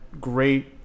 great